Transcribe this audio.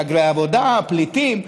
מהגרי העבודה והפליטים.